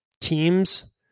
teams